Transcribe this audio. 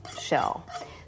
shell